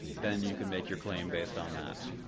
then you can make your claim based on that.